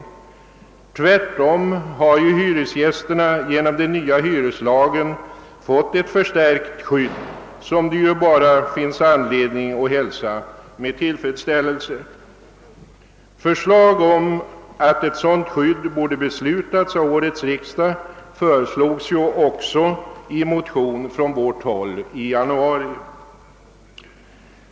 Hyresgästerna har tvärtom genom den nya hyreslagen fått ett förbättrat skydd, som det finns anledning att hälsa med tillfredsställelse. Förslag om att ett sådant skydd borde beslutas av årets riksdag föreslogs också i motion från vårt håll i januari.